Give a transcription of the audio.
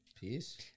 Peace